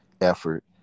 effort